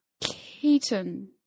Keaton